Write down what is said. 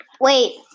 wait